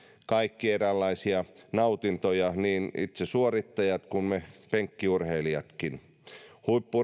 kaikki eräänlaisia nautintoja niin itse suorittajat kuin me penkkiurheilijatkin huippu